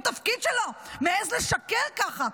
בתפקיד שלו מעז לשקר ככה.